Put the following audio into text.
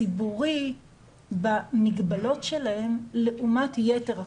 ציבורי במגבלות שלהם לעומת יתר הקבוצות.